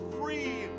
free